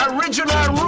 Original